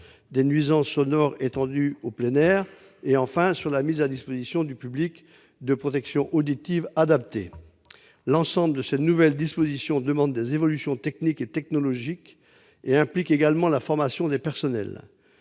des nuisances sonores étendues au plein air, et enfin sur la mise à disposition du public de protections auditives adaptées. L'ensemble de ces nouvelles dispositions demande des évolutions techniques et technologiques, et implique la formation des personnels.